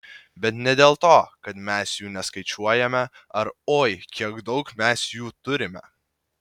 bet ne dėl to kad mes jų neskaičiuojame ar oi kiek daug mes jų turime